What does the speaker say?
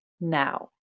now